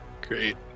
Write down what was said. Great